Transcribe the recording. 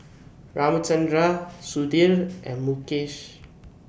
Ramchundra Sudhir and Mukesh